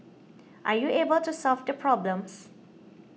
are you able to solve the problems